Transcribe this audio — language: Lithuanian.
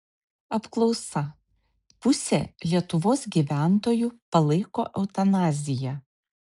apklausa pusė lietuvos gyventojų palaiko eutanaziją